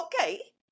okay